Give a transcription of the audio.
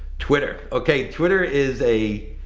twitter, okay. twitter is a,